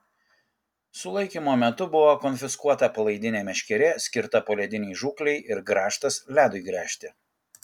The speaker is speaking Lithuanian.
sulaikymo metu buvo konfiskuota palaidinė meškerė skirta poledinei žūklei ir grąžtas ledui gręžti